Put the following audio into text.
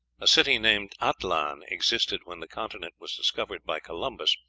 a city named atlan existed when the continent was discovered by columbus,